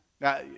Now